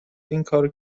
اینکارو